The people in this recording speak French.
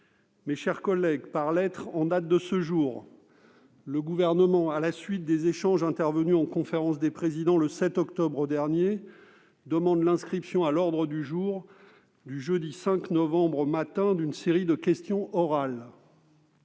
Mes chers collègues, par lettre en date de ce jour, le Gouvernement, à la suite des échanges intervenus en conférence des présidents le 7 octobre dernier, demande l'inscription à l'ordre du jour du jeudi 5 novembre au matin d'une série de questions orales.